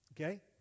Okay